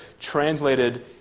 translated